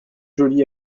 jolie